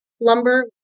lumber